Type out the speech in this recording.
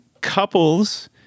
couples